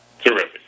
Terrific